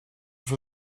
for